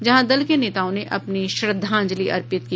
जहां दल के नेताओं ने अपनी श्रद्धांजलि अर्पित की